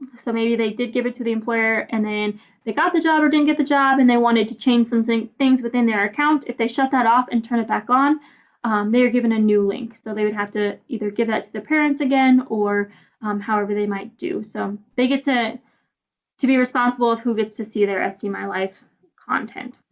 so maybe they did give it to the employer and then they got the job or didn't get the job and they wanted to change something things within their account. if they shut that off and turn it back on they were given a new link. so they would have to either give that to the parents again or however they might do that. so they get to to be responsible with who gets to see their sdmylife content.